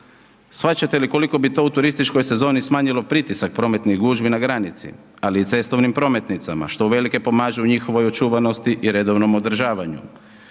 Shvaćate li koliko bi to u turističkoj sezoni smanjilo pritisak prometnih gužvi na granici, ali i cestovnim prometnicama, što u velike pomažu u njihovoj očuvanosti i redovnom održavanju.